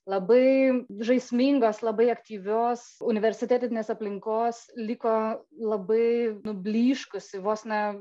labai žaismingos labai aktyvios universitetinės aplinkos liko labai nublyškusi vos ne